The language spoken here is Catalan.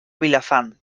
vilafant